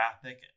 graphic